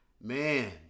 Man